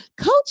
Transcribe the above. Coach